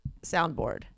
soundboard